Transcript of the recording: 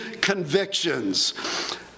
convictions